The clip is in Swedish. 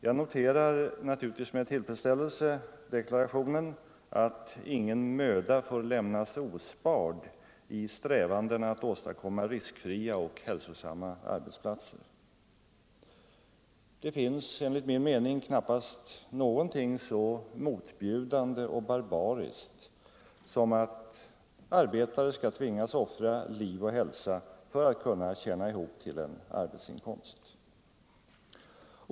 Jag noterar naturligtvis med tillfredsställelse deklarationen att ingen möda får sparas i strävandena att åstadkomma riskfria och hälsosamma arbetsplatser. Det finns enligt min mening knappast någonting så motbjudande och barbariskt som att arbetare skall tvingas offra liv och hälsa för att kunna tjäna ihop till sin arbetsinkomst.